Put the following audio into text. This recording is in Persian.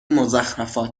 مضخرفات